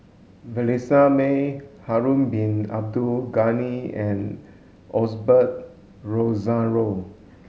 Vanessa Mae Harun Bin Abdul Ghani and Osbert Rozario